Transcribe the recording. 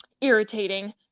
irritating